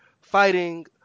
fighting